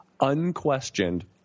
unquestioned